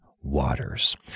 waters